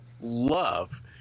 love